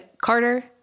Carter